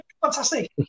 Fantastic